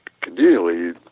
continually